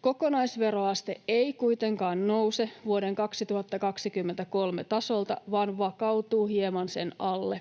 Kokonaisveroaste ei kuitenkaan nouse vuoden 2023 tasolta vaan vakautuu hieman sen alle.